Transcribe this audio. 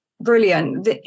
brilliant